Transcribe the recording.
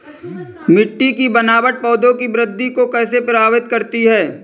मिट्टी की बनावट पौधों की वृद्धि को कैसे प्रभावित करती है?